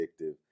addictive